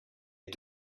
est